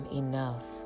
enough